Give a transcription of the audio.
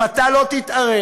אם אתה לא תתערב